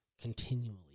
continually